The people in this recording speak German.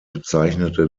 bezeichnete